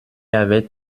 avait